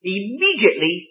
immediately